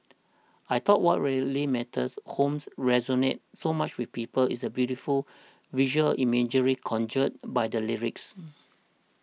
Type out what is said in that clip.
I thought what really makes Home resonate so much with people is the beautiful visual imagery conjured by the lyrics